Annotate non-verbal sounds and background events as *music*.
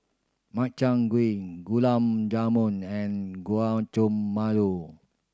Makchang Gui Gulab Jamun and *unintelligible*